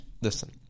listen